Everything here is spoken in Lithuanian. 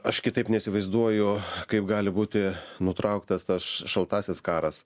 aš kitaip neįsivaizduoju kaip gali būti nutrauktas tas šaltasis karas